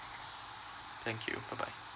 thank you bye bye